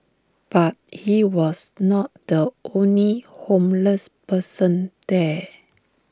but he was not the only homeless person there